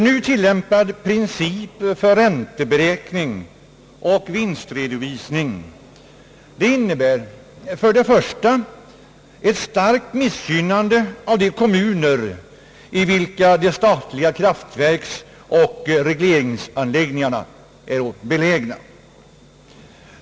Nu tillämpad princip för ränteberäkning och vinstredovisning innebär för det första ett starkt missgynnande av de kommuner, i vilka de statliga kraftverksoch regleringsanläggningarna är belägna.